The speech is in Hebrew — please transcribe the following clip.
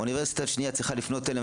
ואוניברסיטה שנייה צריכה לפנות אליהם